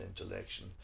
intellection